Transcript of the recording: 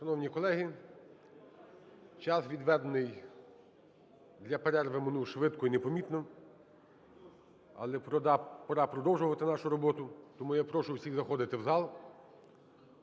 Шановні колеги, час, відведений для перерви, минув швидко і непомітно, але пора продовжувати нашу роботу. Тому я прошу всіх заходити в зал.